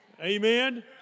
Amen